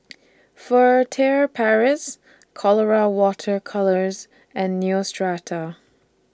Furtere Paris Colora Water Colours and Neostrata